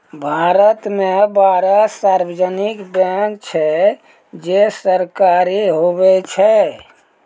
भारत मे बारह सार्वजानिक बैंक छै जे सरकारी हुवै छै